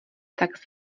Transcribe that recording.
tak